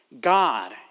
God